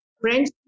French